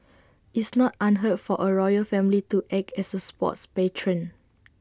it's not unheard for A royal family to act as A sports patron